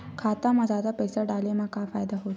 खाता मा जादा पईसा डाले मा का फ़ायदा होही?